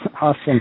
awesome